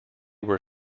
were